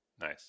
nice